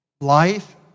Life